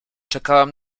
czekałam